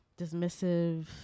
dismissive